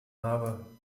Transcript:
habe